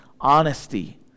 honesty